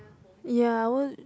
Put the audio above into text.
ya I would